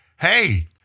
hey